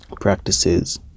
practices